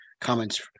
comments